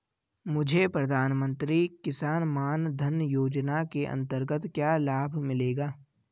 मुझे प्रधानमंत्री किसान मान धन योजना के अंतर्गत क्या लाभ मिलेगा?